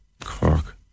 Cork